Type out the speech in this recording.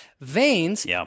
Veins